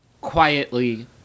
quietly